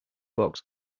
box